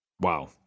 Wow